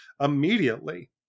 immediately